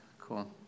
cool